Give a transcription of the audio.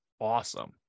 awesome